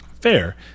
Fair